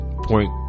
point